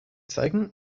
zeigen